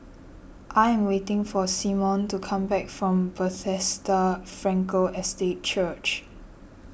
I am waiting for Symone to come back from Bethesda Frankel Estate Church